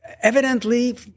evidently